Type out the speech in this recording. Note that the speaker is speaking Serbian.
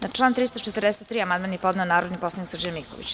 Na član 343. amandman je podneo narodni poslanik Srđan Miković.